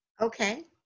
Okay